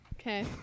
Okay